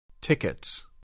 Tickets